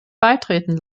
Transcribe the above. beitreten